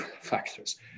factors